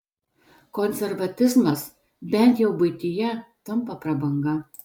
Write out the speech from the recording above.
konservatizmas bent jau buityje tampa prabanga